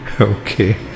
Okay